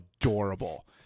adorable